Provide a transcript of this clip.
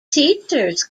teachers